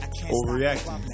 Overreacting